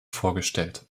vorgestellt